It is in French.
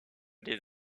des